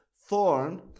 thorn